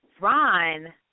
Ron